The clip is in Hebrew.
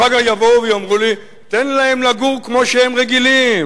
אחר כך יבואו ויאמרו לי: תן להם לגור כמו שהם רגילים,